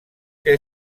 que